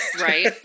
Right